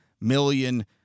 million